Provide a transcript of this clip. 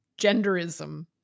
genderism